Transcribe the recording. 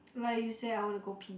like you say I wanna go pee